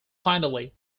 finally